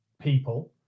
people